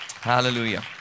Hallelujah